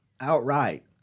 outright